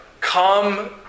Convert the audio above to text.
come